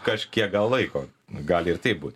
kažkiek gal laiko gali ir taip būti